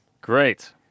Great